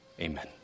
Amen